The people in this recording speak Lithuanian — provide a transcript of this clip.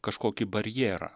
kažkokį barjerą